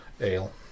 Ale